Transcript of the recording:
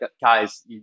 guys